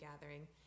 gathering